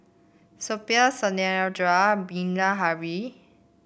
Suppiah Satyendra Bilahari